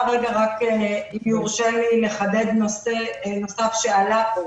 אם יורשה לי אני רוצה לחדד נושא נוסף שעלה פה